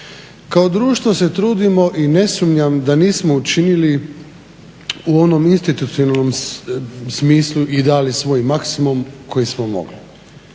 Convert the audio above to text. Kao društvo se trudimo i ne sumnjam da nismo učinili u onom institucionalnom smislu i dali svoj maksimum koji smo mogli.